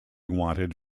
wanted